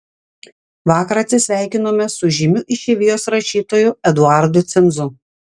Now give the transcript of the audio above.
vakar atsisveikinome su žymiu išeivijos rašytoju eduardu cinzu